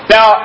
Now